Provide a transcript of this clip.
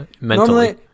Normally